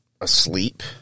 asleep